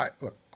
Look